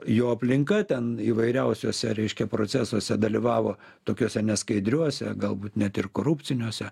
jo aplinka ten įvairiausiuose reiškia procesuose dalyvavo tokiuose neskaidriuose galbūt net ir korupciniuose